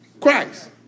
Christ